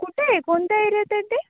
कुठं आहे कोणत्या एरियात आहे ते